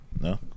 No